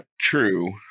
true